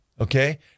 okay